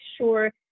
sure